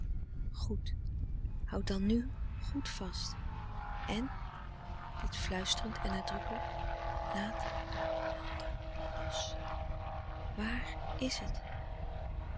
goed houd dan nu goed vast en dit fluisterend en nadrukkelijk laat den ander los wààr is t